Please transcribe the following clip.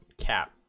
cap